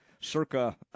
circa